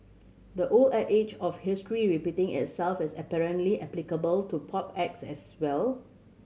the old adage of history repeating itself is apparently applicable to pop acts as well